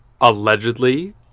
allegedly